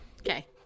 okay